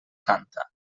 canta